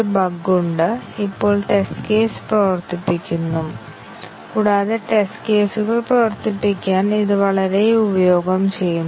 ഓരോ പാത്തിലും എക്സിക്യൂഷൻ നിർബന്ധിതമാക്കാൻ നമുക്ക് ടെസ്റ്റ് കേസുകൾ പോലും തയ്യാറാക്കാം പക്ഷേ ഇത് വലിയ പ്രോഗ്രാമുകൾക്ക് പ്രായോഗികമല്ല